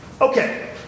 Okay